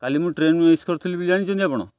କାଲି ମୁଁ train miss କରିଥିଲି ବୋଲି ଜାଣିଛନ୍ତି ଆପଣ